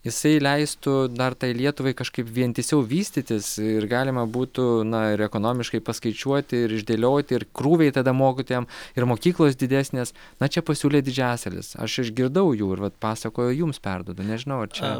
jisai leistų dar tai lietuvai kažkaip vientisiau vystytis ir galima būtų na ir ekonomiškai paskaičiuoti ir išdėlioti ir krūviai tada mokytojam ir mokyklos didesnės na čia pasiūlė didžiasalis aš išgirdau jų ir vat pasakoju jums perduodu nežinau ar čia